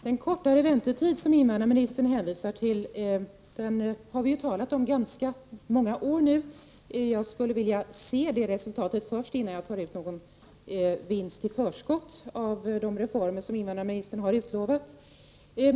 Herr talman! Den kortare väntetid som invandrarministern hänvisar till har vi ju talat om i ganska många år nu. Jag skulle vilja se resultat först, innan jag tar ut någon vinst i förskott av de reformer som invandrarministern har utlovat.